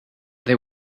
they